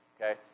okay